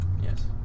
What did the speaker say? Yes